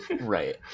Right